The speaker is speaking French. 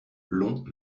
long